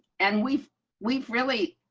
and we've we've really,